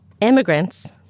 Immigrants